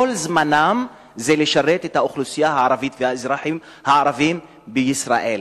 כל זמנם זה לשרת את האוכלוסייה הערבית והאזרחים הערבים בישראל,